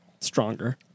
stronger